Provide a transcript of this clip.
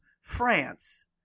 France